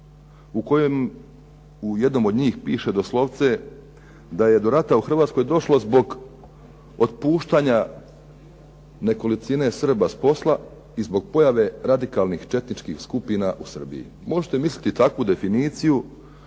u kojem u jednom od njih piše doslovce da je do rata u Hrvatskoj došlo zbog otpuštanja nekolicine Srba s posla i zbog pojave radikalnih četničkih skupina u Srbiji. Možete misliti takvu definiciju